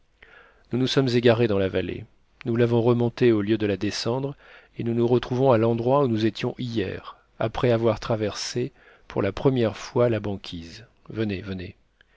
nous nous sommes égarés dans la vallée nous l'avons remontée au lieu de la descendre et nous nous retrouvons à l'endroit où nous étions hier après avoir traversé pour la première fois la banquise venez venez